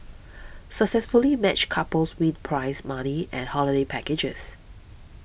successfully matched couples win prize money and holiday packages